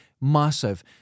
massive